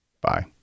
Bye